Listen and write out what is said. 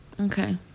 Okay